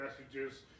messages